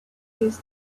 his